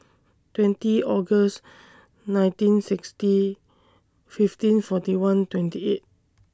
twenty August nineteen sixty fifteen forty one twenty eight